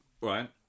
Right